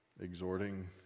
Exhorting